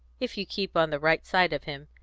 if you keep on the right side of him.